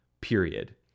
period